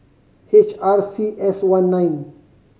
H R C S one nine